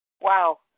Wow